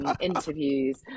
interviews